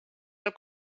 del